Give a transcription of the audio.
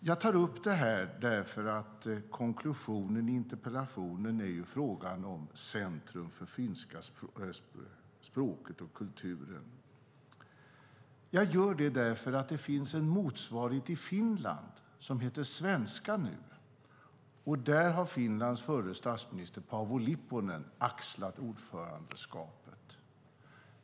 Jag tar upp detta därför att konklusionen i interpellationen är frågan om Centrum för finska språket och kulturen. Jag gör det därför att det finns en motsvarighet i Finland som heter Svenska nu. Där har Finlands förre statsminister Paavo Lipponen axlat ordförandeskapet.